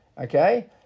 okay